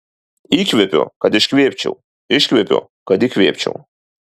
įkvepiu kad iškvėpčiau iškvepiu kad įkvėpčiau